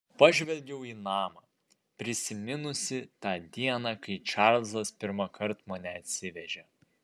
pažvelgiau į namą prisiminusi tą dieną kai čarlzas pirmąkart mane atsivežė